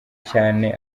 cyane